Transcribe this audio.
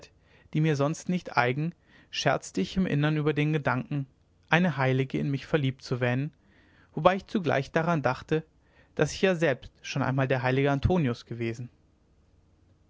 die mir sonst nicht eigen scherzte ich im innern über den gedanken eine heilige in mich verliebt zu wähnen wobei ich zugleich daran dachte daß ich ja selbst schon einmal der heilige antonius gewesen